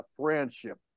friendship